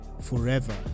forever